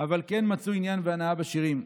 אבל כן מצאו עניין והנאה בשירים.